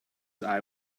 eye